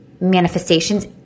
manifestations